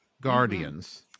guardians